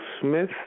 Smith